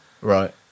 Right